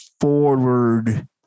forward